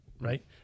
Right